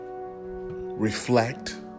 Reflect